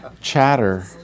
chatter